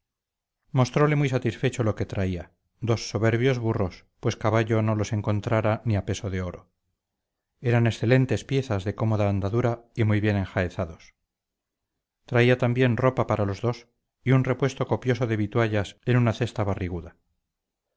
mostrole muy satisfecho lo que traía dos soberbios burros pues caballos no los encontrara ni a peso de oro eran excelentes piezas de cómoda andadura y muy bien enjaezados traía también ropa para los dos y un repuesto copioso de vituallas en una cesta barriguda